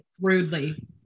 rudely